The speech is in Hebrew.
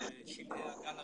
בשלהי הגל הראשון,